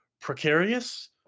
precarious